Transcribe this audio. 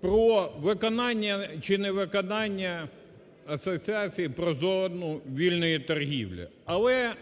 про виконання чи не виконання Асоціації про зону вільної торгівлі. Але